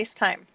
FaceTime